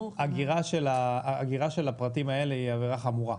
אגירה של הפרטים האלה היא עבירה חמורה.